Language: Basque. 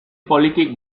poliki